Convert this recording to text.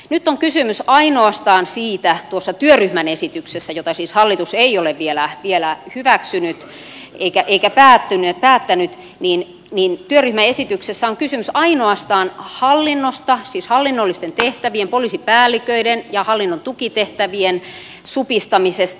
nyt on kysymys ainoastaan siitä osa työryhmän esityksessä jota siis hallitus ei ole vielä hyväksynyt eikä päättänyt on kysymys ainoastaan hallinnosta siis hallinnollisten tehtävien poliisipäälliköiden ja hallinnon tukitehtävien supistamisesta